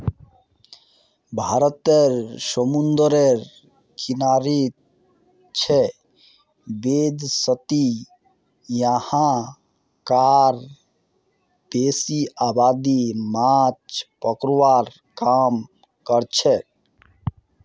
भारत समूंदरेर किनारित छेक वैदसती यहां कार बेसी आबादी माछ पकड़वार काम करछेक